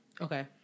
Okay